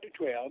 12